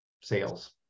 sales